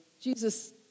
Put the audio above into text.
Jesus